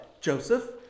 Joseph